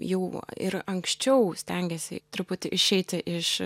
jau ir anksčiau stengėsi truputį išeiti iš